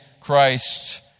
Christ